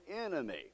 enemy